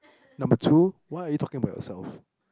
number two why are you talking about yourself